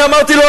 אני אמרתי לו,